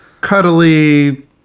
cuddly